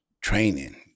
training